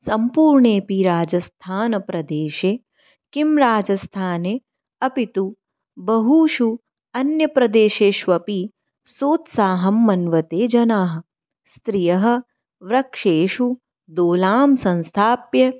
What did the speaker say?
सम्पूर्णेऽपि राजस्थानप्रदेशे किं राजस्थाने अपि तु बहुषु अन्यप्रदेशेषु अपि सोत्साहं मन्वते जनाः स्त्रियः वृक्षेषु दोलां संस्थाप्य